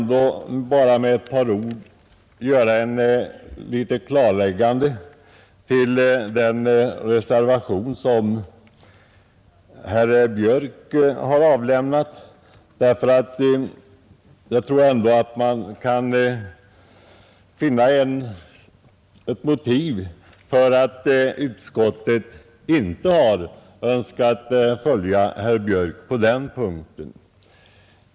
Låt mig dock med några få ord först göra ett litet klarläggande av reservationen 1 av herr Björk i Göteborg m.fl., eftersom det finns ett motiv till att utskottet inte kunnat följa herr Björk och hans medreservanter på den punkten.